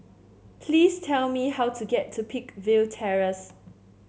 please tell me how to get to Peakville Terrace